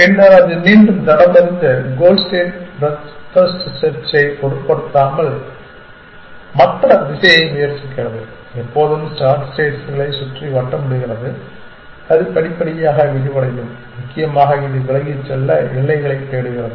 பின்னர் அது மீண்டும் தடமறிந்து கோல் ஸ்டேட் ப்ரெத் ஃபர்ஸ்ட் செர்சைப் பொருட்படுத்தாமல் மற்ற திசையை முயற்சிக்கிறது எப்போதும் ஸ்டார் ஸ்டேட்ஸ்களைச் சுற்றி வட்டமிடுகிறது அது படிப்படியாக விரிவடையும் முக்கியமாக இது விலகிச் செல்ல எல்லைகளைத் தேடுகிறது